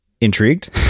Intrigued